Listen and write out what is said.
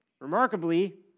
remarkably